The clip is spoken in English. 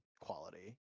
quality